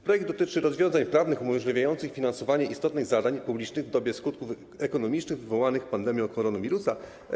Projekt dotyczy rozwiązań prawnych umożliwiających finansowanie istotnych zadań publicznych w dobie skutków ekonomicznych wywołanych pandemią koronawirusa.